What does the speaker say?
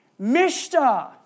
mishta